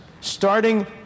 starting